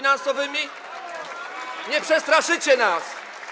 Nie przestraszycie nas.